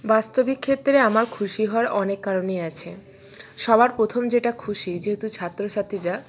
বাস্তবিক ক্ষেত্রে আমার খুশি হওয়ার অনেক কারণই আছে সবার প্রথম যেটা খুশি যেহেতু ছাত্রছাত্রীরা